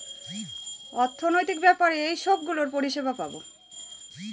অর্থনৈতিক ব্যাপারে এইসব গুলোর পরিষেবা পাবো